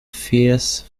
fierce